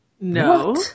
no